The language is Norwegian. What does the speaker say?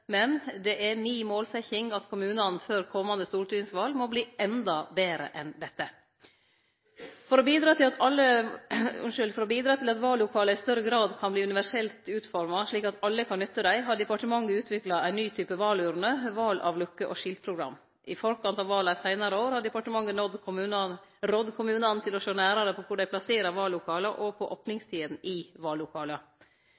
men det er mi målsetjing at kommunane før komande stortingsval må verte endå betre enn dette. For å bidra til at vallokala i større grad kan verte universelt utforma, slik at alle kan nytte dei, har departementet utvikla ein ny type valurne, valavlukke og skiltprogram. I forkant av vala i seinare år har departementet rådd kommunane til å sjå nærare på kor dei plasserer vallokala, og på